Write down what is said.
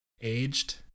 aged